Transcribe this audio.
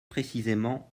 précisément